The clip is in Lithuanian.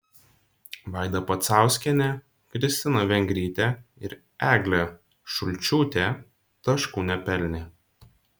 vaida pacauskienė kristina vengrytė ir eglė šulčiūtė taškų nepelnė